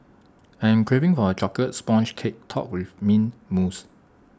I am craving for A Chocolate Sponge Cake Topped with Mint Mousse